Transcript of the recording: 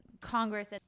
congress